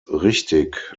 richtig